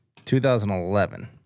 2011